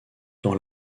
dans